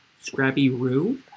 Scrappy-roo